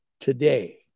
today